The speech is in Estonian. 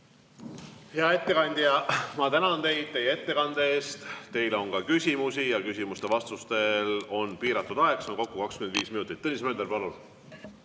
Hea ettekandja, ma tänan teid teie ettekande eest. Teile on ka küsimusi. Küsimustel ja vastustel on piiratud aeg, seda on kokku 25 minutit. Tõnis Mölder, palun!